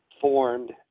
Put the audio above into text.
formed